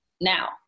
now